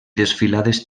desfilades